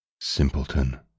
Simpleton